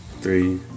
Three